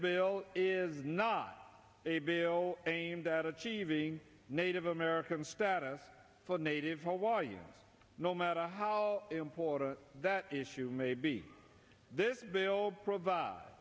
bill is not a bill aimed at achieving native american status for native home while you no matter how important that issue may be this bill provide